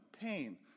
pain